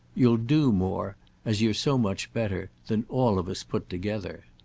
you'll do more as you're so much better than all of us put together.